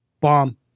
Bomb